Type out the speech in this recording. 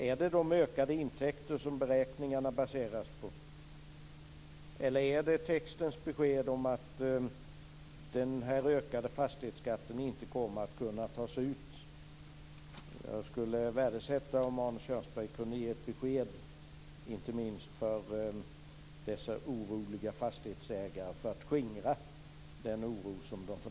Är det beskedet om de ökade intäkter som beräkningarna baseras på? Eller är det textens besked om att den ökade fastighetsskatten inte kommer att kunna tas ut? Jag skulle värdesätta om Arne Kjörnsberg kunde ge ett besked, inte minst för att skingra den oro som fastighetsägarna för närvarande känner.